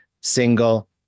single